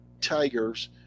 Tigers